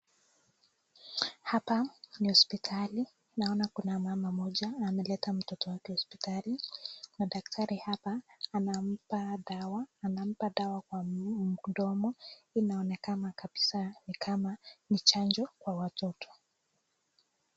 Hapa ni hospitali. Naona kuna mama mmoja ameleta mtoto wake hospitali na daktari hapa anampa dawa. Anampa dawa kwa mdomo. Inaonekana kabisa ni kama ni chanjo kwa watoto.